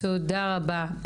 תודה רבה.